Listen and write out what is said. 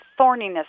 thorniness